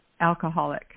alcoholic